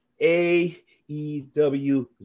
A-E-W